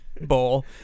bowl